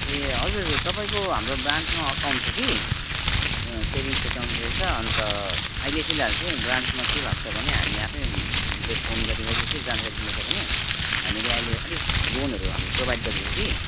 ए हजुर हजुर तपाईँको हाम्रो ब्रान्चमा एकाउन्ट छ कि अँ सेभिङ्स एकाउन्ट रहेछ अनि त अहिले फिलहाल चाहिँ ब्रान्चमा के भएको छ भने हामी आफै ले फोन गरी गरी के जानकारी दिदैछौँ भने हामीले अहिले अलिक लोनहरू हामीले प्रोभाइड गर्दैछु कि